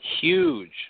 huge